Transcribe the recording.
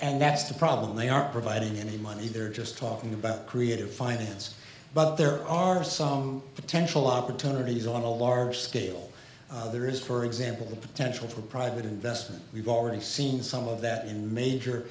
and that's the problem they are not providing any money they're just talking about creative finance but there are some potential opportunities on a larger scale there is for example the potential for private investment we've already seen some of that in major